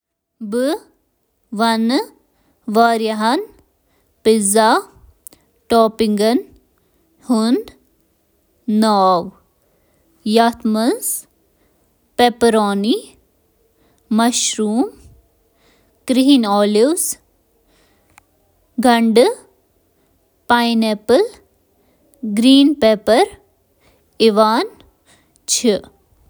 Pepperoni. Mushroom. اضأفی paneer. Sausage, beef, chicken چِھ toppings pizza.